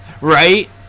right